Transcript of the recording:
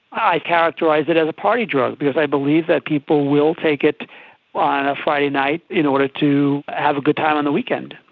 i characterise it as a party drug, because i believe that people will take it on a friday night in order to have a good time on the weekend.